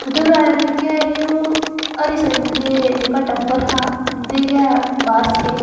उधम राजा जेह्के ऐहे ओह् हरिसिंह दे जेह्का टब्बर हा उं'दे गै बारस हे